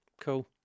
cool